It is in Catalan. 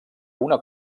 una